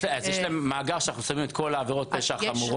יש להם גישה למאגר שבו אנחנו שמים את כל עבירות הפשע החמורות?